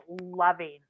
loving